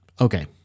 Okay